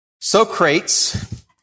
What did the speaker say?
Socrates